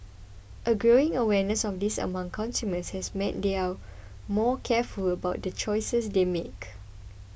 a growing awareness of this among consumers has meant they are more careful about the choices they make